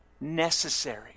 necessary